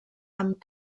amb